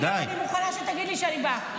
אני מוכנה שתגיד לי כשאני באה.